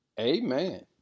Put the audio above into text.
Amen